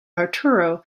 arturo